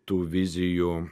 tų vizijų